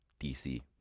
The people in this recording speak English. DC